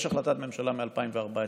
יש החלטת ממשלה מ-2014,